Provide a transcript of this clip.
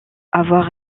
avoir